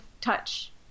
touch